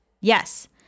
Yes